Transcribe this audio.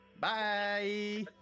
Bye